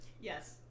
yes